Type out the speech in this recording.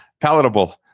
palatable